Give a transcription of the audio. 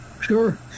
Sure